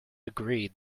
agreed